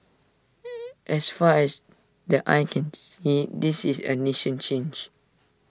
as far as the eye can see this is A nation changed